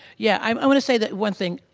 yeah, um i want to say that one thing,